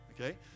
Okay